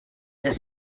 his